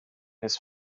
his